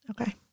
Okay